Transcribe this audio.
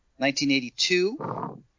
1982